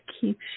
keeps